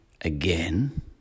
again